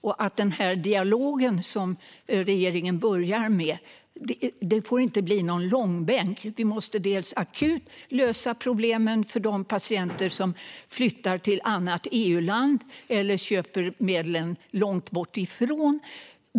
Den dialog som regeringen påbörjar får inte bli någon långbänk. Vi måste akut lösa problemen för de patienter som flyttar till annat EU-land eller som köper medlen långt bortifrån.